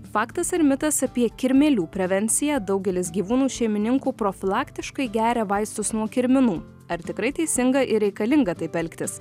faktas ar mitas apie kirmėlių prevenciją daugelis gyvūnų šeimininkų profilaktiškai geria vaistus nuo kirminų ar tikrai teisinga ir reikalinga taip elgtis